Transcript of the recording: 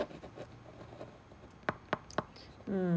mm